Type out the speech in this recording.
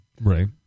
Right